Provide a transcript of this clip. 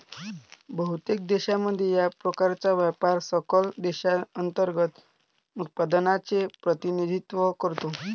बहुतेक देशांमध्ये, या प्रकारचा व्यापार सकल देशांतर्गत उत्पादनाचे प्रतिनिधित्व करतो